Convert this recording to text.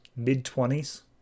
mid-twenties